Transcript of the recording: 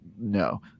no